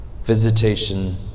visitation